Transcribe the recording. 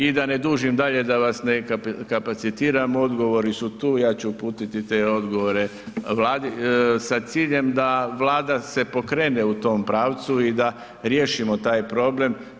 I da ne dužim dalje da vas ne kapacitiram, odgovori su tu, ja ću uputiti te odgovore Vladi sa ciljem da Vlada se pokrene u tom pravcu i da riješimo taj problem.